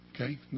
Okay